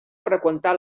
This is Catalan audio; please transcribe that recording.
freqüentar